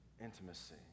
intimacy